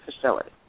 facility